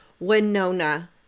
winona